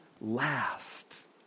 last